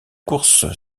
course